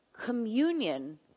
communion